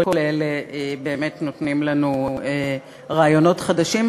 כל אלה באמת נותנים לנו רעיונות חדשים,